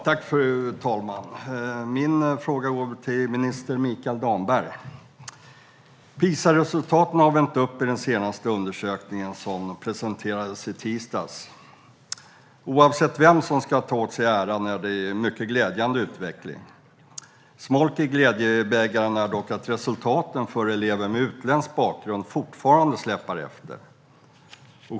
Fru talman! Min fråga går till minister Mikael Damberg. Resultaten har vänt uppåt i den senaste PISA-undersökningen, som presenterades i tisdags. Oavsett vem som ska ta åt sig äran är det en mycket glädjande utveckling. Smolk i glädjebägaren är dock att resultaten för elever med utländsk bakgrund fortfarande släpar efter.